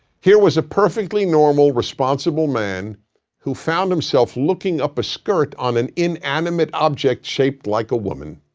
here was a perfectly normal, responsible man who found himself looking up a skirt on an inanimate object shaped like a woman.